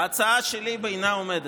ההצעה שלי בעינה עומדת.